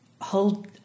hold